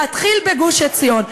להתחיל בגוש-עציון.